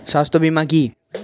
স্বাস্থ্য বীমা কি?